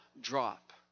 drop